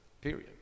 Period